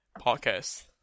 podcast